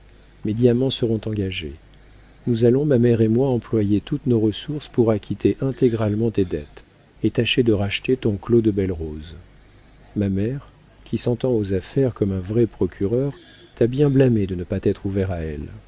mes diamants seront engagés nous allons ma mère et moi employer toutes nos ressources pour acquitter intégralement tes dettes et tâcher de racheter ton clos de belle rose ma mère qui s'entend aux affaires comme un vrai procureur t'a bien blâmé de ne pas t'être ouvert à elle